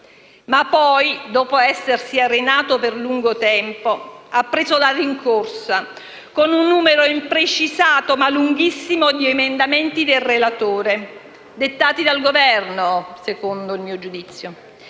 Ma poi, dopo essersi arenato per lungo tempo, ha preso la rincorsa con un numero imprecisato ma lunghissimo di emendamenti del relatore - dettati dal Governo secondo il mio giudizio